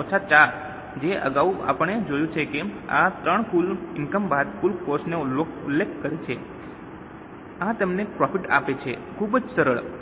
ઓછા IV છે અગાઉ આપણે જોયું છે કે આ III કુલ ઇનકમ બાદ કુલ કોસ્ટ નો ઉલ્લેખ કરે છે આ તમને પ્રોફિટ આપે છે ખૂબ જ સરળ